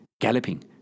galloping